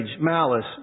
malice